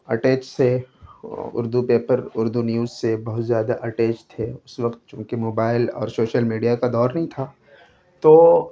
attach تھے Urdu paper Urdu news سے بہت زیادہ اٹیچ تھے اس وقت چوں کہ موبائل اور شوشل میڈیا کا دور نہیں تھا تو